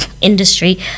industry